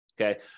okay